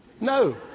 No